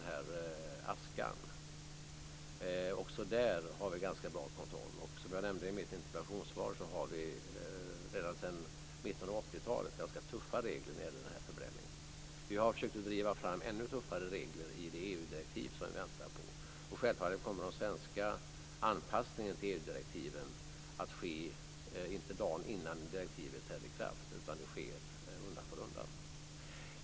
Också i det fallet har vi en ganska bra kontroll. Som jag nämnde i mitt interpellationssvar har vi redan sedan mitten av 80-talet ganska tuffa regler när det gäller den här förbränningen. Vi har försökt att driva på för ännu tuffare regler i det EU-direktiv som vi väntar på. Självfallet kommer den svenska anpassningen till EU-direktiven att ske, inte dagen innan direktivet träder i kraft utan det sker en anpassning undan för undan.